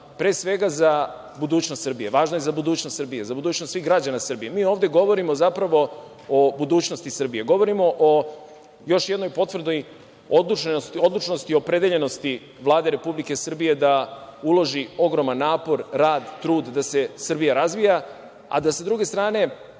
pre svega za budućnost Srbije, važno je za budućnost svih građana Srbije. Mi ovde govorimo zapravo o budućnosti Srbije, govorimo o još jednoj potvrdi odlučnosti i opredeljenosti Vlade Republike Srbije da uloži ogroman napor, rad, trud da se Srbija razvija, a da sa druge strane